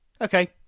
Okay